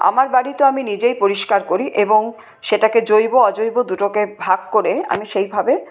আমার বাড়ি তো আমি নিজেই পরিষ্কার করি এবং সেটাকে জৈব অজৈব দুটোকে ভাগ করে আমি সেই ভাবে